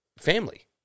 family